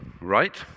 Right